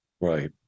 Right